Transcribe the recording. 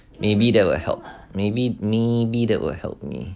maybe that will help maybe maybe that will help me